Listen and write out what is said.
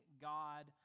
God